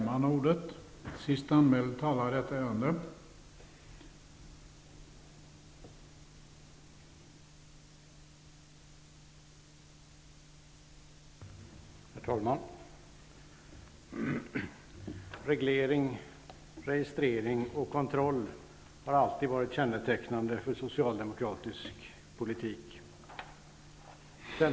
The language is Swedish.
Herr talman! Reglering, registrering och kontroll har alltid varit kännetecknande för socialdemokratisk politik.